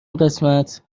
قسمت